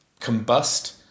combust